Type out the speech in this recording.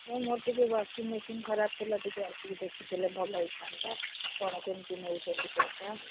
ମୋର ଟିକେ washing machine ଖରାପ ଥିଲା ଟିକେ ଆସିକି ଦେଖି ଥିଲେ ଭଲ ହେଇଥାଆନ୍ତା କ'ଣ କେମିତି ନେଉଛନ୍ତି ପଇସା